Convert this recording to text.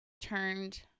turned